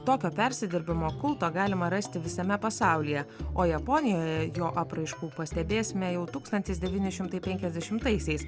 tokio persidirbimo kulto galima rasti visame pasaulyje o japonijoje jo apraiškų pastebėsime jau tūkstantis devyni šimtai penkiasdešimtaisiais